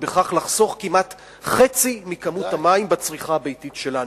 ובכך לחסוך כמעט חצי מכמות המים בצריכה הביתית שלנו.